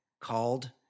called